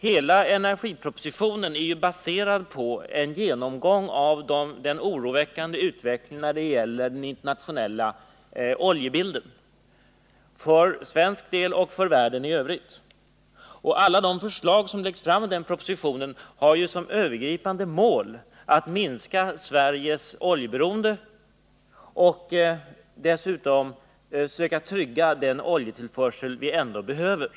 Hela energipropositionen är ju baserad på en genomgång av den oroväckande utvecklingen av den internationella oljesituationen. Och alla de förslag som läggs fram i propositionen har som övergripande mål att minska Sveriges oljeberoende och dessutom söka trygga den oljetillförsel vi ändå behöver.